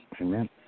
Amen